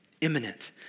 Imminent